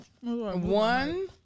One